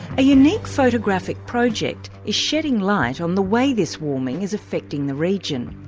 a unique photographic project is shedding light on the way this warming is affecting the region.